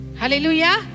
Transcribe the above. Hallelujah